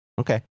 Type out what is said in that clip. Okay